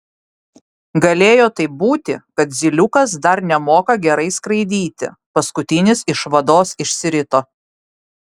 galėjo taip būti kad zyliukas dar nemoka gerai skraidyti paskutinis iš vados išsirito